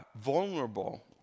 vulnerable